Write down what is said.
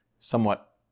Somewhat